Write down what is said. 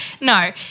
No